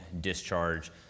discharge